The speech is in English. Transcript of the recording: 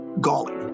galling